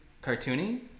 cartoony